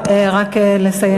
נא לסיים.